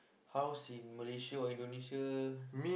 house in Malaysia or Indonesia